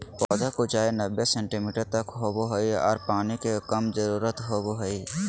पौधा के ऊंचाई नब्बे सेंटीमीटर तक होबो हइ आर पानी के कम जरूरत होबो हइ